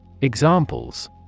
Examples